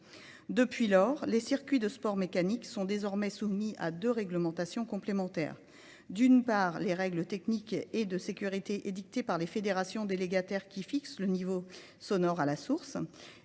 Depuis lors, les circuits de sports mécaniques sont désormais soumis à deux réglementations complémentaires. d'une part les règles techniques et de sécurité édictées par les fédérations délégataires qui fixent le niveau sonore à la source